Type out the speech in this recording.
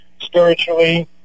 spiritually